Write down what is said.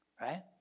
right